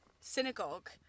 synagogue